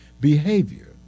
behavior